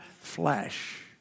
flesh